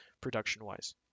production-wise